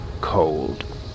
cold